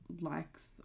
likes